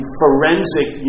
forensic